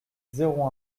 zéro